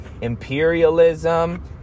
imperialism